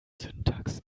syntax